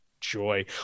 joy